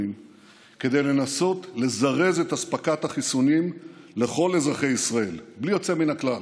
כדי לנסות לזרז את אספקת החיסונים לכל אזרחי ישראל בלי יוצא מן הכלל: